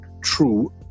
true